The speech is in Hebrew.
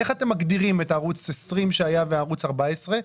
איך אתם מגדירים את ערוץ 20 שהיה ואת ערוץ 14,